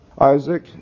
Isaac